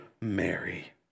Mary